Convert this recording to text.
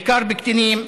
בעיקר בקטינים,